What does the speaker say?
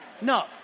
No